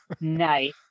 Nice